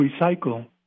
recycle